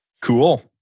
Cool